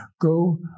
go